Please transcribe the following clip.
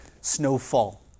snowfall